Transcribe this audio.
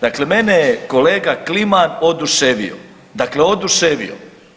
Dakle, mene je kolega Kliman oduševio, dakle oduševio.